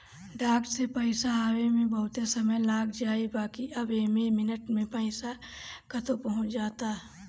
डाक से पईसा आवे में बहुते समय लाग जाए बाकि अब एके मिनट में पईसा कतो पहुंच जाता